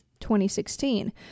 2016